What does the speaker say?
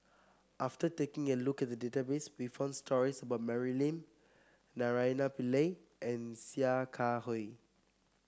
after taking a look at the database we found stories about Mary Lim Naraina Pillai and Sia Kah Hui